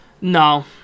No